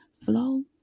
flow